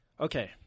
Okay